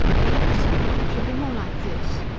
the f's, look, should be more like this.